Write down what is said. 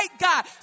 God